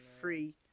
free